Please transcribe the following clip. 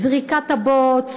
זריקת הבוץ,